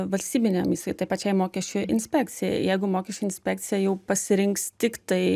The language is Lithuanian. valstybinėm įstaig tai pačiai mokesčių inspekcijai jeigu mokesčių inspekcija jau pasirinks tiktai